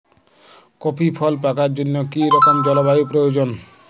Coffee ফল পাকার জন্য কী রকম জলবায়ু প্রয়োজন?